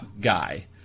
guy